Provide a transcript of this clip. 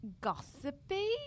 gossipy